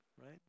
Right